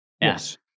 Yes